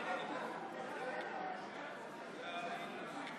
אם כך, חברי הכנסת,